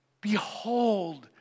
Behold